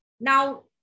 Now